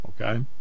okay